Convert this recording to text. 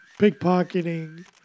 pickpocketing